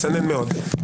מצנן מאוד.